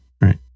right